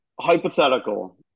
Hypothetical